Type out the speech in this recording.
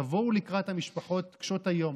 תבואו לקראת המשפחות קשות היום.